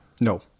no